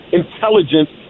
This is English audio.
intelligence